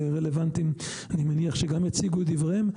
שרלוונטיים, ואני מניח שגם הם יציגו את דבריהם.